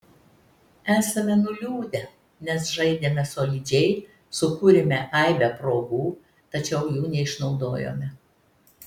esame nuliūdę nes žaidėme solidžiai sukūrėme aibę progų tačiau jų neišnaudojome